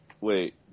Wait